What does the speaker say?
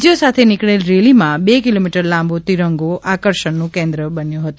જે સાથે નીકળેલ રેલીમાં બે કિલોમીટર લાંબો તીંરંગો આકર્ષણ નું કેન્દ્ર બન્યો હતો